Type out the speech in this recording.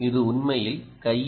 இது உண்மையில் கையில்